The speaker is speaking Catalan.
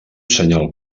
senyal